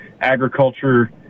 agriculture